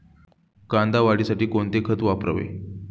कांदा वाढीसाठी कोणते खत वापरावे?